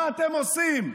מה אתם עושים?